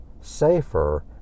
safer